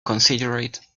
considerate